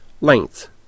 Length